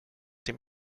dem